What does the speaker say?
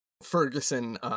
Ferguson